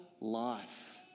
life